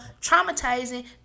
traumatizing